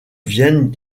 viennent